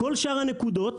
כל שאר הנקודות